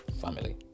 family